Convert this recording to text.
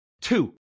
Two